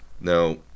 Now